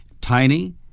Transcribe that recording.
tiny